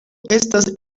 estas